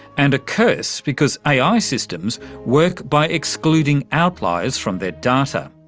and a curse because ai ai systems work by excluding outliers from their data.